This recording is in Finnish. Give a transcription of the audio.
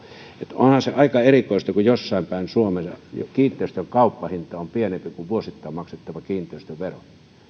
onhan se aika erikoista kun jossain päin suomea kiinteistön kauppahinta on pienempi kuin vuosittain maksettava kiinteistövero